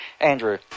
Andrew